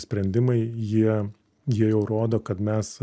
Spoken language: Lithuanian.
sprendimai jie jie jau rodo kad mes